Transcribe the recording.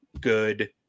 good